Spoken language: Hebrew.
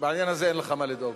בעניין הזה אין לך מה לדאוג.